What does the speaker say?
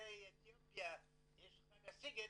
וליהודי אתיופיה יש חג הסיגד,